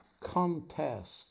contest